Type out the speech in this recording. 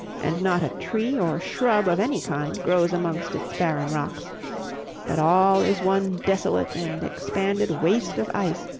and not a tree or shrub of any kind grows amongst its barren rocks but all is one desolate and expanded waste of ice,